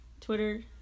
Twitter